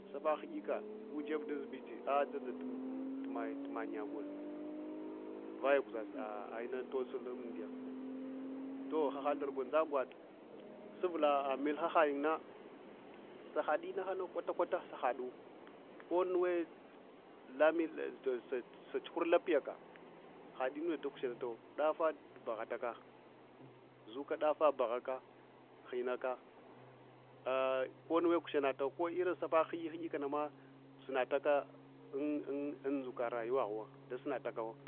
I na’ahudika gujeb dun zibiti ah’ dzad zatumayya tumaya gol vara guza inana tosul amdiya toh ah ad argwanga gwwaɗa suvula melhaha yun nah sahadinana kwata kwat saha ɗu kunuwe satsuhul lafiyaka hadinunnda dakushanatawa bahaty ka dzuka daffa bahaka, hinn aka kunnuwe kushanata ko irin safaka hudik hudi kanama suna taka un dzuka rayuwa ghu da sunatakawo